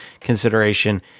consideration